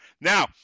Now